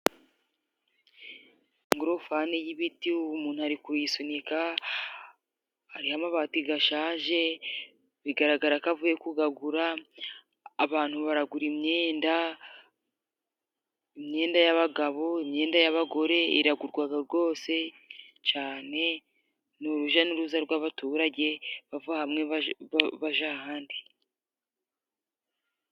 Ingorofani y'ibiti ubu umuntu ari kuyisunika hariho amabati gashaje bigaragara ko avuye kugagura abantu baragura imyenda; imyenda y'abagabo, imyenda y'abagore iragurwaga rwose cane ni urujya n'uruza rw'abaturage bava hamwe baja ahandi.